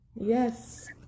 Yes